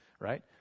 right